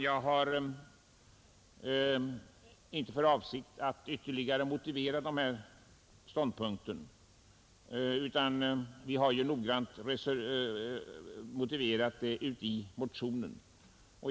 Jag har inte för avsikt att ytterligare motivera min ståndpunkt; den finns noggrant motiverad i motionen.